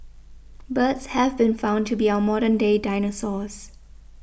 birds have been found to be our modern day dinosaurs